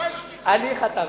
אני חתמתי.